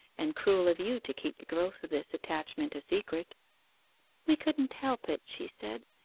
and cruel of you to keep the growth of this attachment a secret we couldn't help it she said,